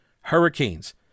hurricanes